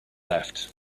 left